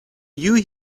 you